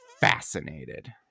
fascinated